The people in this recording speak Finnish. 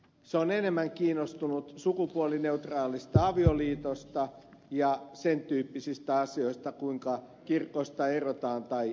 se on enemmän kiinnostunut sukupuolineutraalista avioliitosta ja sen tyyppisistä asioista kuinka kirkosta erotaan tai ei erota